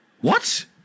What